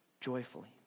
joyfully